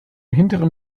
hinteren